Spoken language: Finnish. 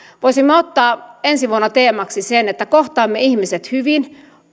voisimme ottaa ensi vuonna teemaksi sen että kohtaamme ihmiset hyvin